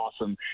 awesome